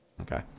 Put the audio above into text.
okay